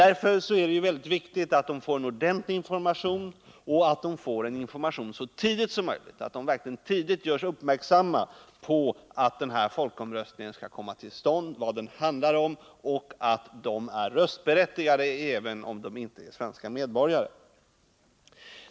Därför är det viktigt att de får en ordentlig information och att de får en information så tidigt som möjligt — att de verkligen tidigt görs uppmärksamma på att den här folkomröstningen skall komma till stånd och vad den handlar om samt på att de är röstberättigade, även om de inte är svenska medborgare.